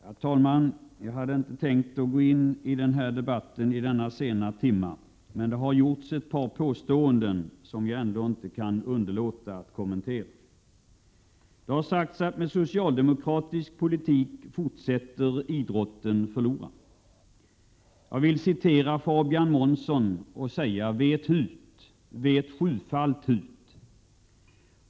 Herr talman! Jag hade inte tänkt att gå in i den här debatten i denna sena timma, men det har gjorts ett par påståenden som jag inte kan underlåta att kommentera. Det har sagts att med socialdemokratisk politik fortsätter idrotten att förlora. Jag vill citera Fabian Månsson och säga: Vet hut, vet sjufallt hut!